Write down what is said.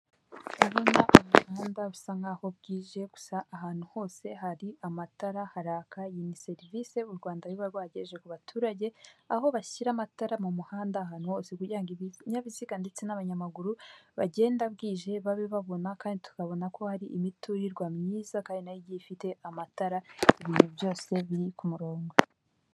Ndabona umuhanda bisa nk'aho bwije gusa ahantu hose hari amatara haraka, iyi ni serivisi u Rwanda ruba rwaragejeje ku baturage aho bashyira amatara mu muhanda ahantu hosekugirango ibinyabiziga ndetse n'abanyamaguru bagenda bwije babe babona kandi tukabona ko hari imiturirwa myiza kandi nayo igiye ifite amatara ibintu byose biri ku murongo.